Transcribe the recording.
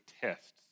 tests